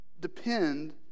depend